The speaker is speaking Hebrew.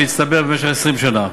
שהצטבר במשך 20 שנה.